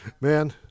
Man